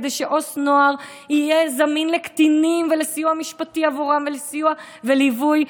כדי שעו"ס נוער יהיה זמין לקטינים ולסיוע משפטי עבורם ולסיוע וליווי,